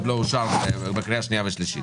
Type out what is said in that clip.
עוד לא אושר בקריאה שנייה ושלישית.